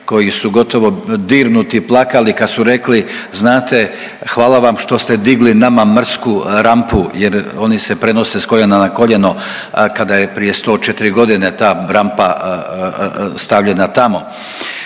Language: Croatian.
koji su gotovo dirnuti plakali kad su rekli, znate, hvala vam što ste digli nama mrsku rampu jer oni se prenose s koljena na koljeno, a kada je prije 104 godine ta rampa stavljena tamo.